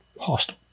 hostel